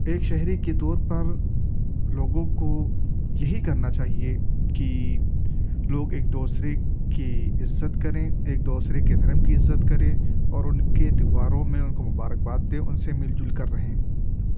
ایک شہری کے طور پر لوگوں کو یہی کرنا چاہیے کہ لوگ ایک دوسرے کی عزت کریں ایک دوسرے کے دھرم کی عزت کرے اور ان کے تہواروں میں ان کو مبارکباد دے ان سے مل جل کر رہیں